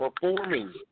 performing